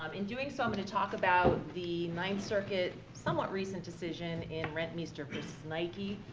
um in doing so, i'm gonna talk about the ninth circuit somewhat recent decision in rentmeester versus nike.